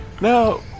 No